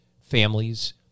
families